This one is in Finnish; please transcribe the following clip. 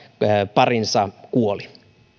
parinsa kuoli